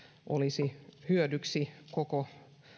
olisi hyödyksi koko